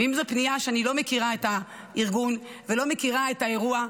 ואם זאת פנייה שאני לא מכירה את הארגון ולא מכירה את האירוע,